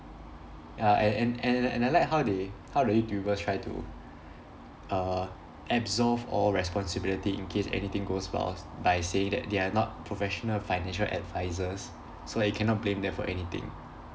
ya and and and and like how they how the youtubers try to err absolve all responsibility in case anything goes wrong by saying that they are not professional financial advisers so that you cannot blame them for anything